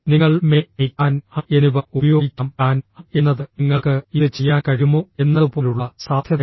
നിങ്ങൾ may I can I എന്നിവ ഉപയോഗിക്കാം കാൻ ഐ എന്നത് നിങ്ങൾക്ക് ഇത് ചെയ്യാൻ കഴിയുമോ എന്നതുപോലുള്ള സാധ്യതയാണ്